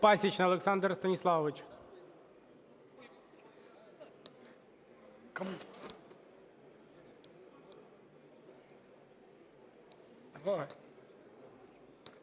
Пасічний Олександр Станіславович.